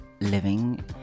living